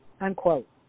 unquote